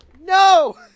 No